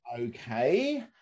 okay